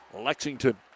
Lexington